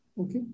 Okay